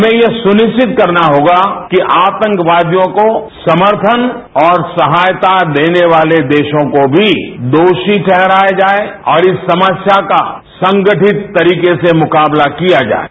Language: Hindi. हमें यह सुनिश्चित करना होगा कि आतंकवादियों को समर्थन और सहायता देने वाले देशों को भी दोषी ठहराया जाये और इस समस्या का संगठित तरीके से मुकाबला किया जाये